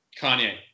Kanye